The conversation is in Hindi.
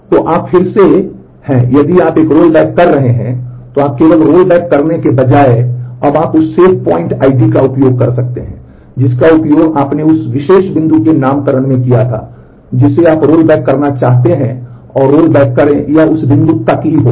तो आप फिर से हैं यदि आप एक रोलबैक कर रहे हैं तो आप केवल रोलबैक करने के बजाय अब आप उस सेव पॉइंट आईडी करना चाहते हैं और रोलबैक करें और यह उस बिंदु तक ही होगा